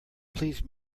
please